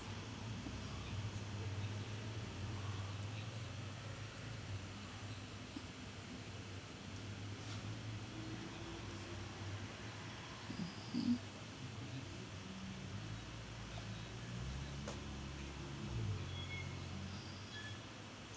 mmhmm